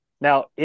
Now